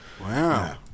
Wow